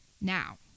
Now